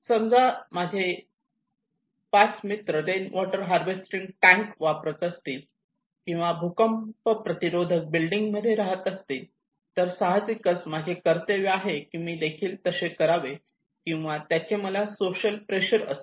समजा माझे पाच मित्र रेन वॉटर हार्वेस्टिंग टँक वापरत असतील किंवा भूकंप प्रतिरोधक बिल्डिंग मध्ये राहात असतील तर सहाजिकच माझे कर्तव्य आहे की मीदेखील तसे करावे किंवा त्याचे मला सोशल प्रेशर असेल